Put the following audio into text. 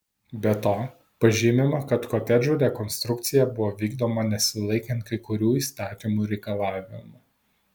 be to pažymima kad kotedžų rekonstrukcija buvo vykdoma nesilaikant kai kurių įstatymų reikalavimų